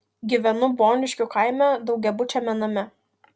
gyvenu boniškių kaime daugiabučiame name